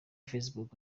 facebook